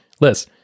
Liz